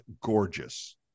gorgeous